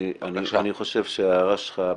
אני חושב שההערה שלך,